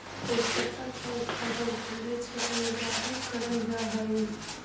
तेजपत्ता का उत्पादन ठंडे क्षेत्र में ज्यादा करल जा हई